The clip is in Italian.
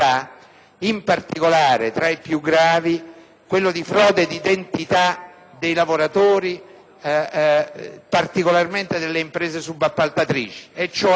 In particolare, tra i più gravi, quello di frode di identità dei lavoratori, particolarmente delle imprese subappaltatrici